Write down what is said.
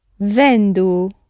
Vendo